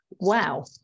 wow